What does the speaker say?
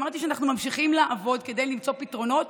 אמרתי שאנחנו ממשיכים לעבוד כדי למצוא פתרונות